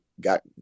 got